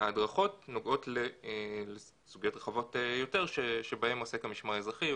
ההדרכות נוגעות לסוגיות רחבות יותר שבהם עוסק המשמר האזרחי,